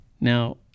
Now